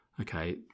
okay